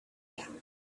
gown